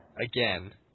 Again